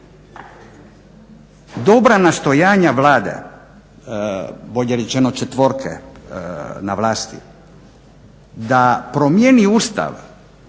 dobra nastojanja Vlade, bolje rečeno četvorke na vlasti da promijeni Ustav